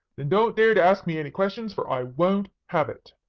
then don't dare to ask me any questions, for i won't have it.